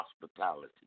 hospitality